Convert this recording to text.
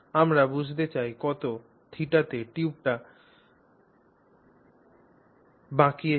আমরা বুঝতে চাই কত θ তে টিউবটি বাঁকিয়েছি